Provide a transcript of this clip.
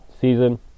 season